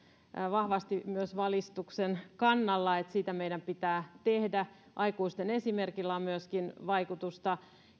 vahvasti myös valistuksen kannalla sitä meidän pitää tehdä aikuisten esimerkillä on myöskin vaikutusta